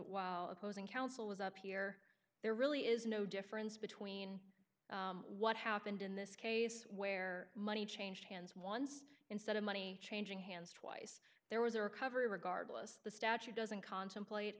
while opposing counsel was up here there really is no difference between what happened in this case where money changed hands once instead of money changing hands twice there was a recovery regardless the statute doesn't contemplate